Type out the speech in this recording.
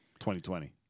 2020